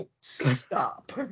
Stop